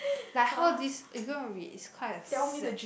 like how this you go and read it's quite a sad